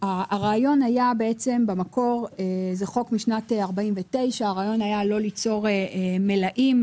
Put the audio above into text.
הרעיון של החוק משנת 1949 היה לא ליצור מלאים,